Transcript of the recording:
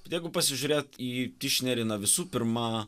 jeigu pasižiūrėt į tišneriną visų pirma